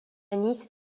nice